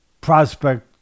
prospect